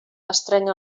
estreny